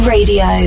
Radio